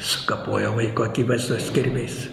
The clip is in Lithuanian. sukapojo vaiko akivaizdoj su kirviais